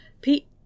Pete